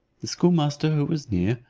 the schoolmaster who was near,